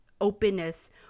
openness